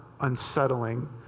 unsettling